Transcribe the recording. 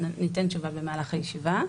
ניתן תשובה במהלך הישיבה.